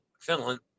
Finland